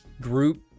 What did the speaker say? group